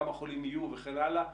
כמה חולים יהיו וכן הלאה,